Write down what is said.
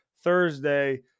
Thursday